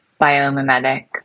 biomimetic